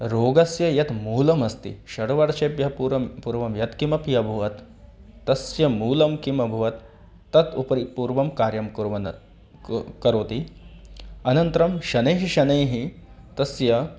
रोगस्य यत् मूलमस्ति षड्वर्षेभ्यः पूर्वं पूर्वं यत्किमपि अभवत् तस्य मूलं किम् अभवत् तत् उपरि पूर्वं कार्यं कुर्वन् कु करोति अनन्तरं शनैः शनैः तस्य